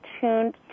tuned